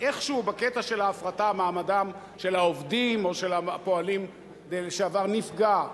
איכשהו בקטע של ההפרטה מעמדם של העובדים או של הפועלים לשעבר נפגע.